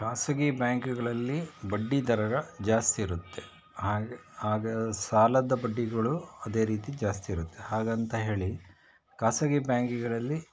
ಖಾಸಗಿ ಬ್ಯಾಂಕ್ಗಳಲ್ಲಿ ಬಡ್ಡಿ ದರ ಜಾಸ್ತಿ ಇರುತ್ತೆ ಹಾಗೇ ಹಾಗೇ ಸಾಲದ ಬಡ್ಡಿಗಳು ಅದೇ ರೀತಿ ಜಾಸ್ತಿ ಇರುತ್ತೆ ಹಾಗಂತ ಹೇಳಿ ಖಾಸಗಿ ಬ್ಯಾಂಕಿಗಳಲ್ಲಿ